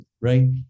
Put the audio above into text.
right